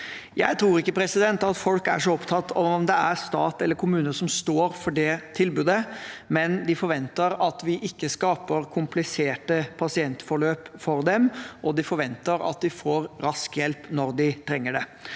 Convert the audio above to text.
Jeg tror ikke at folk er så opptatt av om det er stat eller kommune som står for det tilbudet, men de forventer at vi ikke skaper kompliserte pasientforløp for dem, og de forventer at de får rask hjelp når de trenger det.